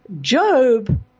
Job